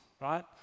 right